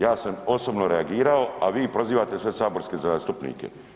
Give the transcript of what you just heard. Ja sam osobno reagirao a vi prozivate sve saborske zastupnike.